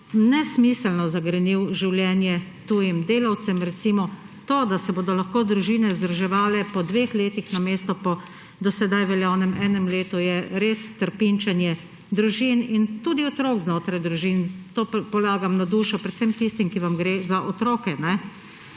nesmiselno zagrenil življenje tujim delavcem. Recimo to, da se bodo lahko družine združevale po dveh letih namesto po do sedaj veljavnem enem letu, je res trpinčenje in tudi otrok znotraj družin – to polagam na dušo predvsem tistim, ki vam gre za otroke,